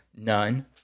none